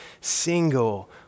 single